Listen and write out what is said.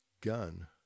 gun